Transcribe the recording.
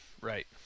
right